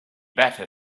better